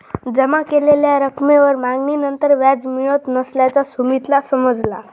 जमा केलेल्या रकमेवर मागणीनंतर व्याज मिळत नसल्याचा सुमीतला समजला